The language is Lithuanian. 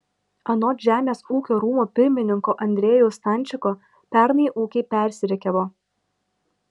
anot žemės ūkio rūmų pirmininko andrejaus stančiko pernai ūkiai persirikiavo